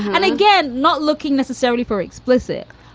and again, not looking necessarily for explicit,